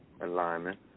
Alignment